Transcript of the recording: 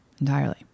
entirely